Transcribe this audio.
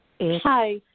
Hi